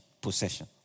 possession